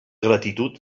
gratitud